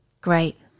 Great